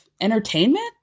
entertainment